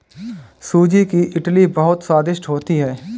सूजी की इडली बहुत स्वादिष्ट होती है